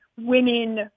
women